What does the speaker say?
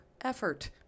effort